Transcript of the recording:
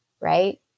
Right